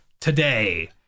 today